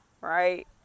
right